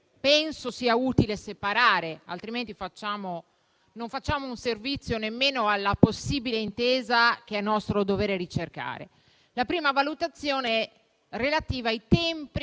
credo sia utile separare, altrimenti non rendiamo un buon servizio nemmeno alla possibile intesa che è nostro dovere ricercare. La prima valutazione è relativa ai tempi